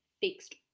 fixed